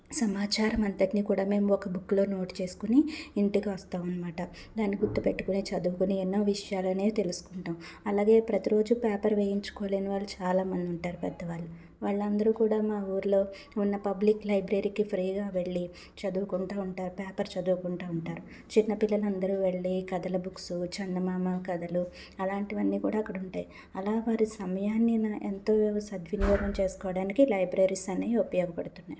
సమాచారం అంతటినీ కూడా మేము ఒక బుక్లో నోట్ చేసుకొని ఇంటికి వస్తాం అనమాట దాన్ని గుర్తుపెట్టుకునే చదువుకొని ఎన్నో విషయాలు అనేవి తెలుసుకుంటాం అలాగే ప్రతిరోజు పేపర్ వేయించుకోలేని వాళ్ళు చాలామంది ఉంటారు పెద్దవాళ్ళు వాళ్లందరూ కూడా మా ఊర్లో ఉన్న పబ్లిక్ లైబ్రరీకి ఫ్రీగా వెళ్లి చదువుకుంటా ఉంటారు పేపర్ చదువుకుంటా ఉంటారు చిన్న పిల్లలు అందరు వెళ్లి కథల బుక్స్ చందమామ కథలు అలాంటివన్నీ కూడా అక్కడ ఉంటాయి అలా వారి సమయాన్ని మనం ఎంతో సద్వినియోగం చేసుకోవడానికి లైబ్రరీస్ అనేవి ఉపయోగపడుతుంది